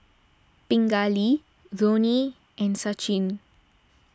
Pingali Dhoni and Sachin